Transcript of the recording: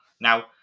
Now